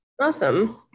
awesome